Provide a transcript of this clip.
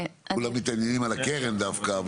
כולם מתעניינים בקרן דווקא.